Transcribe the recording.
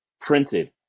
printed